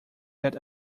that